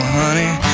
honey